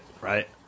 Right